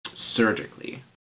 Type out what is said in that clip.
surgically